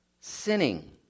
sinning